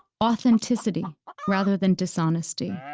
authenticity rather than dishonesty,